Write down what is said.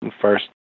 first